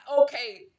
Okay